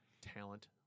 talent